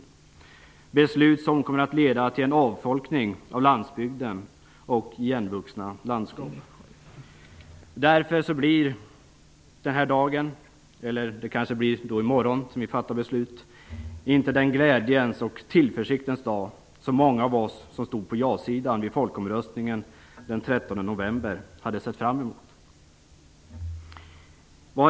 Det är beslut som kommer att leda till en avfolkning av landsbygden och igenvuxna landskap. Därför blir den här dagen - eller det kanske blir i morgon som vi fattar beslut - inte den glädjens och tillförsiktens dag som många av oss som stod på jasidan vid folkomröstningen den 13 november hade sett fram emot.